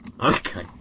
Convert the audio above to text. Okay